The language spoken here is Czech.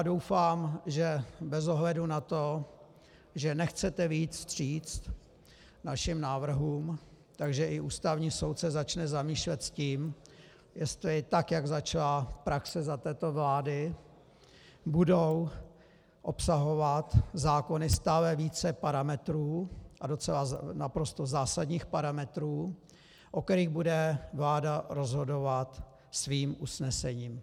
Já doufám, že bez ohledu na to, že nechcete vyjít vstříc našim návrhům, tak že i Ústavní soud se začne zamýšlet s tím, jestli tak, jak začala praxe za této vlády, budou obsahovat zákony stále více parametrů, a docela naprosto zásadních parametrů, o kterých bude vláda rozhodovat svým usnesením.